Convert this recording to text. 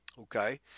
Okay